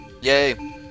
Yay